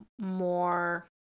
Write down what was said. more